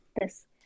Yes